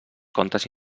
contes